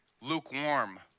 lukewarm